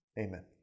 Amen